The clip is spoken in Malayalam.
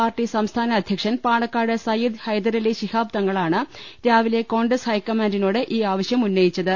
പാർട്ടി സംസ്ഥാന അധ്യക്ഷൻ പാണക്കാട് സയ്യിദ് ഹൈദരലി ശിഹാബ് തങ്ങളാണ് രാവിലെ കോൺഗ്രസ് ഹൈക്കമാന്റിനോട് ഈ ആവശ്യം ഉന്നയിച്ചത്